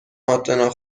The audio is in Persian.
اتنا